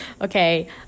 Okay